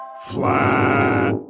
Flat